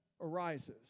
arises